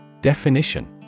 Definition